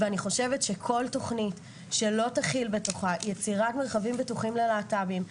כל תכנית שלא תכיל יצירת מרחבים בטוחים ללהט"בים,